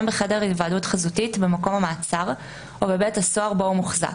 בחדר היוועדות חזותית במקום המעצר או בבית הסוהר בו הוא מוחזק,